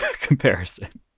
comparison